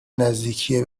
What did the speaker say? نزدیکی